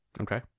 okay